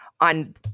on